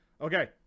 Okay